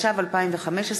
התשע"ו 2015,